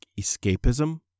escapism